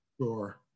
sure